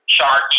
sharky